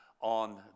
on